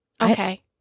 Okay